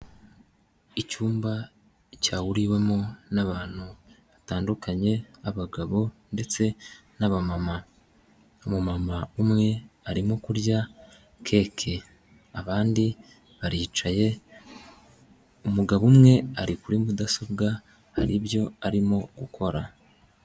Icyumba cyahuriwemo n'abantu batandukanye abagabo ndetse n'abamama, umumama umwe arimo kurya keke abandi baricaye, umugabo umwe ari kuri mudasobwa hari ibyo arimo gukora.